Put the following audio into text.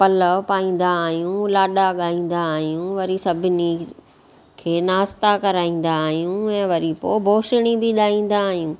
पलउ पाईंदा आहियूं लाॾा ॻाईंदा आहियूं वरी सभिनी खे नास्ता कराईंदा आहियूं ऐं वरी पोइ बोछड़ी बि ॾाईंदा आहियूं